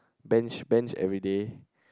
bench bench everyday